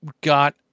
got